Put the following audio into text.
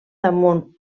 damunt